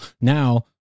Now